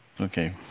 Okay